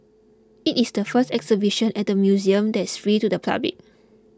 it is the first exhibition at the museum that's free to the public